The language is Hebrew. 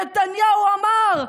נתניהו אמר,